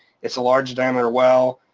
it's a large diameter well,